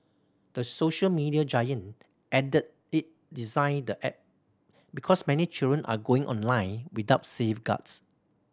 the social media giant added it designed the app because many children are going online without safeguards